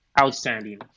outstanding